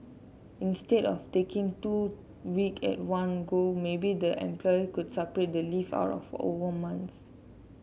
instead of taking two week at one go maybe the employee could spread the leave out over months